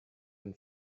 and